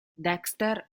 dexter